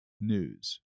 News